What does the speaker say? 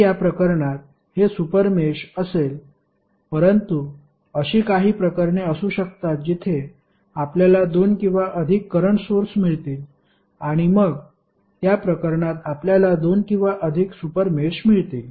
तर या प्रकरणात हे सुपर मेष असेल परंतु अशी काही प्रकरणे असू शकतात जिथे आपल्याला दोन किंवा अधिक करंट सोर्स मिळतील आणि मग त्या प्रकरणात आपल्याला दोन किंवा अधिक सुपर मेष मिळतील